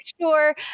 Sure